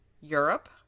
Europe